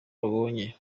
babonye